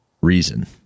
reason